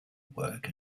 work